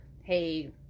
hey